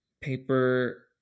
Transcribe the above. paper